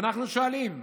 ואנחנו שואלים: